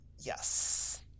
Yes